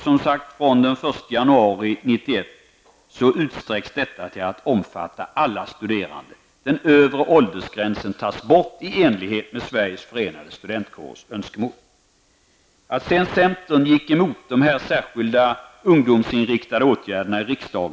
Den 1 januari 1991 utsträcks detta till att omfatta alla studerande. Den övre åldersgränsen tas bort i enlighet med Sveriges förenade studentkårers önskemål. Sedan är det en annan sak att centern i riksdagen gick emot de särskilda ungdomsinriktade åtgärderna.